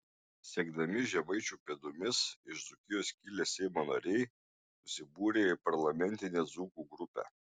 sekdami žemaičių pėdomis iš dzūkijos kilę seimo nariai susibūrė į parlamentinę dzūkų grupę